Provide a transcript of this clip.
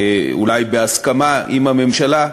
אולי בהסכמה עם הממשלה,